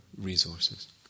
resources